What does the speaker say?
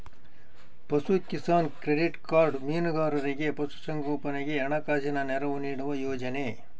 ಪಶುಕಿಸಾನ್ credit card ಮೀನುಗಾರರಿಗೆ ಪಶು ಸಂಗೋಪನೆಗೆ ಹಣಕಾಸಿನ ನೆರವು ನೀಡುವ ಯೋಜನೆ